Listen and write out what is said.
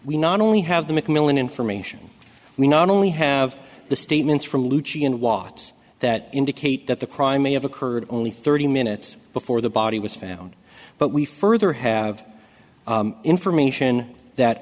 we not only have the mcmillan information we not only have the statements from lucienne watts that indicate that the crime may have occurred only thirty minutes before the body was found but we further have information that